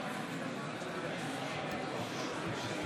חברי הכנסת,